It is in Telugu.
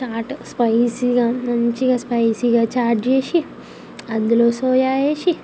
ఛాటు స్పైసీగా మంచిగా స్పైసీగా ఛాట్ చేసి అందులో సోయా వేసి